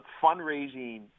fundraising